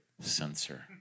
sensor